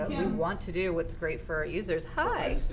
want to do what's great for our users. hi.